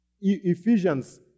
Ephesians